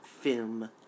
film